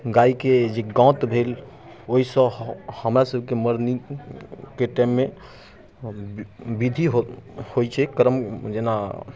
गायके जे गौत भेल ओइसँ हऽ हमरा सभके मरनीके टाइममे हऽ बिधि हो होइ छै करम जेना